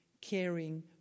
caring